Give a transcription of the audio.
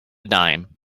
dime